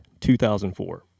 2004